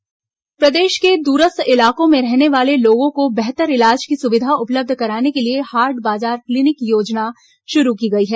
हाट बाजार क्लीनिक योजना प्रदेश के दूरस्थ इलाकों में रहने वाले लोगों को बेहतर इलाज की सुविधा उपलब्ध कराने के लिए हाट बाजार क्लीनिक योजना शुरू की गई है